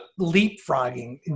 leapfrogging